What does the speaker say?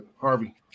Harvey